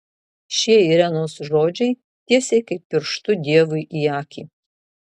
šie irenos žodžiai tiesiai kaip pirštu dievui į akį